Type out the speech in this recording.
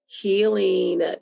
healing